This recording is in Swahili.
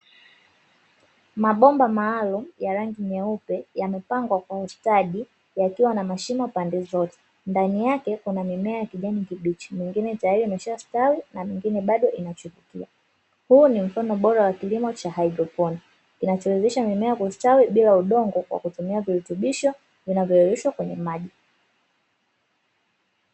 Mabomba maalumu ya rangi nyeupe yamepangwa kwa ustadi yakiwa na mashimo pande zote ndani yake kuna mimea ya kijani kibichi mingine ikiwa tayari imestawi na mingine bado inachipukia, huu ni mfano bora wa kilimo cha hydroponi kinachoweza mimea kustawi bila udongo kwa kutumia virutubisho vinavyoyeyushwa kwenye maji.